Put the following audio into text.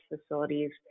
facilities